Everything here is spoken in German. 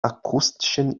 akustischen